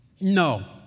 No